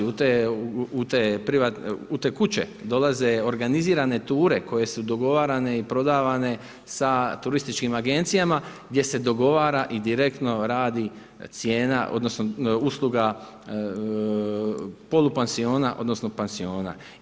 U te kuće dolaze organizirane ture koje su dogovarane i prodavane sa turističkim agencijama gdje se dogovara i direktno radi cijena, odnosno usluga polupansiona, odnosno pansiona.